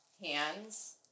hands